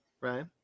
right